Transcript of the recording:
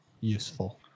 useful